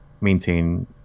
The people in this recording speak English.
maintain